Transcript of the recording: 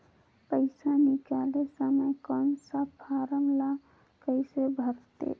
पइसा निकाले समय कौन सा फारम ला कइसे भरते?